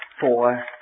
four